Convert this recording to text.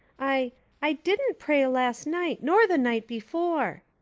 i i didn't pray last night nor the night before.